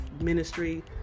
ministry